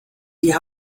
die